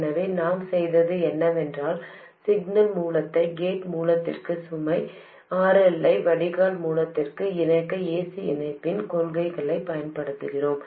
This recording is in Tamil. எனவே நாம் செய்தது என்னவென்றால் சிக்னல் மூலத்தை கேட் மூலத்திற்கும் சுமை RL ஐ வடிகால் மூலத்திற்கும் இணைக்க ac இணைப்பின் கொள்கையைப் பயன்படுத்துகிறோம்